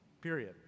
Period